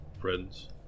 Friends